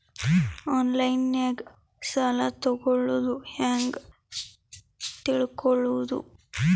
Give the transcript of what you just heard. ಆನ್ಲೈನಾಗ ಸಾಲ ತಗೊಳ್ಳೋದು ಹ್ಯಾಂಗ್ ತಿಳಕೊಳ್ಳುವುದು?